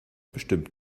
bestimmt